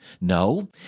No